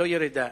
לא ירידה,